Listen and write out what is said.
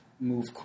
move